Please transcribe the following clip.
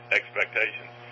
expectations